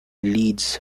leeds